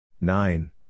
nine